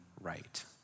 right